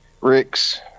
Rick's